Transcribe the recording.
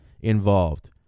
involved